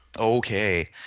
Okay